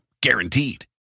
Guaranteed